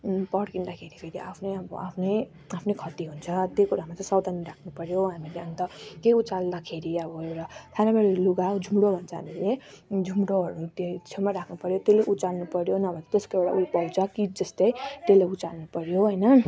पड्कँदाखेरि आफ्नै आफ्नै आफ्नै खती हुन्छ त्यो कुरामा चाहिँ सावधानी राख्नु पर्यो हामीले अन्त केही उचाल्दाखेरि अब एउटा सानोबाट लुगा हो झुम्रो भन्छ हामीले झुम्रोहरू त्यो छेउमा राख्नु पर्यो त्यसले उचाल्नु पर्यो नभए त्यसको एउटा ऊ पाउँछ किट जस्तै त्यसले उचाल्नु पर्यो होइन